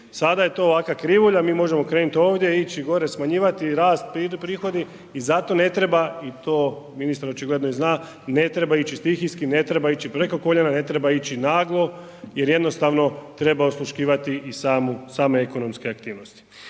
Sada je to ovakva krivulja, mi možemo krenuti ovdje, ići gore, smanjivati rast, prihodi i zato ne treba i to ministar očigledno i zna, ne treba ići stihijski, ne treba ići preko koljena, ne treba ići naglo jer jednostavno treba osluškivati i same ekonomske aktivnosti.